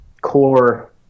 core